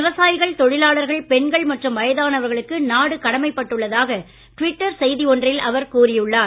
விவசாயிகள் தொழிலாளர்கள் பெண்கள் மற்றும் வயதானவர்களுக்கு நாடு கடமைப் பட்டுள்ளதாக டுவிட்டர் செய்தி ஒன்றில் அவர் கூறி உள்ளார்